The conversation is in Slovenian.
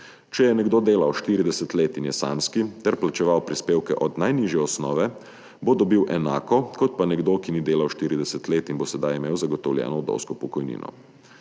Če je nekdo delal 40 let in je samski ter plačeval prispevke od najnižje osnove, bo dobil enako kot pa nekdo, ki ni delal 40 let in bo sedaj imel zagotovljeno vdovsko pokojnino.